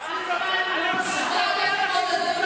אני משלם על כולם.